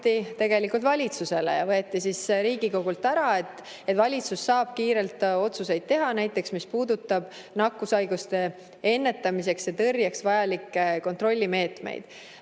tegelikult valitsusele ja võeti Riigikogult ära, et valitsus saaks kiirelt otsuseid teha, näiteks mis puudutab nakkushaiguste ennetamiseks ja tõrjeks vajalikke kontrollimeetmeid.